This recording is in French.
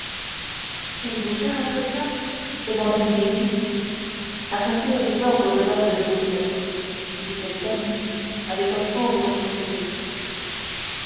qu'allez-vous faire à portsmouth demanda milady accomplir les ordres de lord de winter dit felton avec un sombre sourire